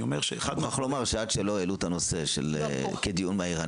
אני מוכרח לומר שעד שלא העלו את הנושא כדיון מהיר,